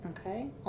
Okay